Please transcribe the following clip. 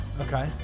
Okay